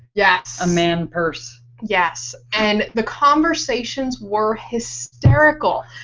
yes. a man purse. yes. and the conversations were hysterical.